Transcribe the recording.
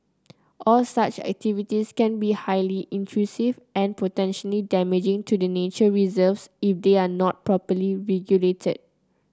all such activities can be highly intrusive and potentially damaging to the nature reserves if they are not properly regulated